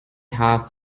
half